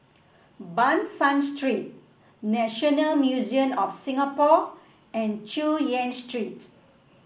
Ban San Street National Museum of Singapore and Chu Yen Street